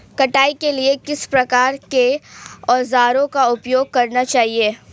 कटाई के लिए किस प्रकार के औज़ारों का उपयोग करना चाहिए?